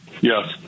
yes